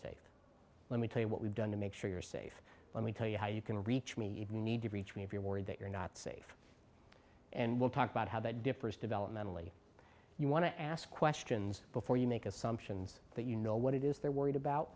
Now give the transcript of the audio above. safe let me tell you what we've done to make sure you're safe let me tell you how you can reach me even need to reach me if you're worried that you're not safe and we'll talk about how that differs developmentally you want to ask questions before you make assumptions that you know what it is they're worried about